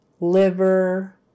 liver